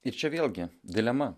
ir čia vėlgi dilema